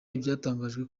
ibyatangajwe